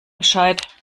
bescheid